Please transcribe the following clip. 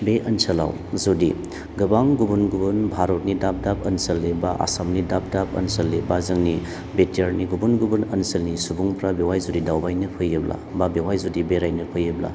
बे ओनसोलाव जुदि गोबां गुबुन गुबुन भारतनि दाब दाब ओनसोलनि बा आसामनि दाब दाब ओनसोलनि बा जोंनि बि टि आरनि गुबुन गुबुन ओनसोलनि सुबुंफ्रा बेवहाय जुदि दावबायनो फैयोब्ला बा बेवहाय जुदि बेरायनो फैयोब्ला